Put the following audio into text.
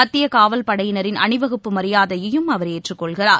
மத்தியகாவல்படையினரின் அணிவகுப்பு மரியாதையையும் அவர் ஏற்றுக்கொள்கிறார்